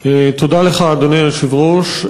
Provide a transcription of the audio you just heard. תודה לך, אדוני היושב-ראש.